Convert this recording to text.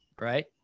right